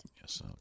Yes